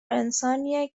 انسانیه